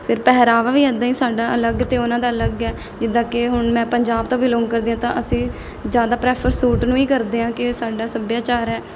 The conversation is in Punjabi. ਫਿਰ ਪਹਿਰਾਵਾ ਵੀ ਇੱਦਾਂ ਹੀ ਸਾਡਾ ਅਲੱਗ ਅਤੇ ਉਹਨਾਂ ਦਾ ਅਲੱਗ ਹੈ ਜਿੱਦਾਂ ਕਿ ਹੁਣ ਮੈਂ ਪੰਜਾਬ ਤੋਂ ਬਿਲੋਂਗ ਕਰਦੀ ਹਾਂ ਤਾਂ ਅਸੀਂ ਜ਼ਿਆਦਾ ਪ੍ਰੈਫਰ ਸੂਟ ਨੂੰ ਹੀ ਕਰਦੇ ਹਾਂ ਕਿ ਸਾਡਾ ਸੱਭਿਆਚਾਰ ਹੈ